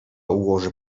ułożę